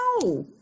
no